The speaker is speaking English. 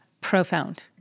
profound